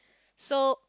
so